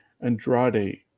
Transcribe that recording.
andrade